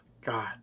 God